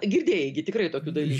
girdėjai gi tikrai tokių dalykų